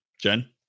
Jen